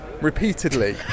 repeatedly